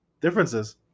differences